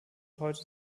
heute